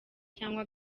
cyangwa